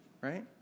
right